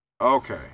Okay